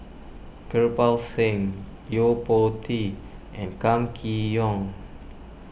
Kirpal Singh Yo Po Tee and Kam Kee Yong